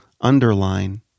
Underline